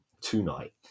tonight